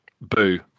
boo